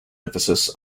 emphasis